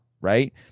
right